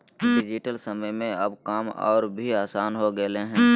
digital समय में अब काम और भी आसान हो गेलय हें